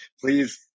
Please